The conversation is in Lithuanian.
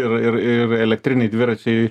ir ir ir elektriniai dviračiai